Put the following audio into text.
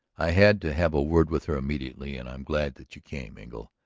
i had to have a word with her immediately. and i'm glad that you came, engle.